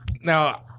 Now